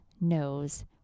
knows